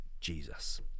Jesus